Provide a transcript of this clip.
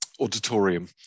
auditorium